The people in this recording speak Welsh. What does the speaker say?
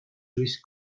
wyth